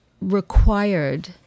required